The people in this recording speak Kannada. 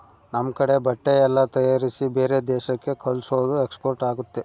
ನಮ್ ಕಡೆ ಬಟ್ಟೆ ಎಲ್ಲ ತಯಾರಿಸಿ ಬೇರೆ ದೇಶಕ್ಕೆ ಕಲ್ಸೋದು ಎಕ್ಸ್ಪೋರ್ಟ್ ಆಗುತ್ತೆ